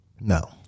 No